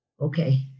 okay